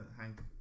Hank